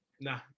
Nah